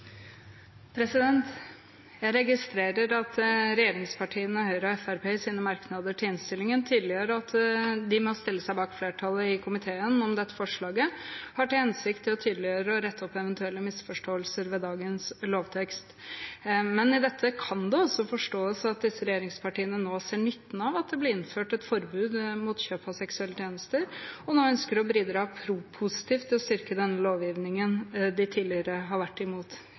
replikkordskifte. Jeg registrerer at regjeringspartiene Høyre og Fremskrittspartiet i sine merknader i innstillingen tydeliggjør at de nå stiller seg bak flertallet i komiteen om dette forslaget og har til hensikt å tydeliggjøre og rette opp eventuelle misforståelser ved dagens lovtekst. Men i dette kan det også forstås at disse regjeringspartiene nå ser nytten av at det blir innført et forbud mot kjøp av seksuelle tjenester, og at de ønsker å bidra positivt til å styrke den lovgivningen de tidligere har vært imot.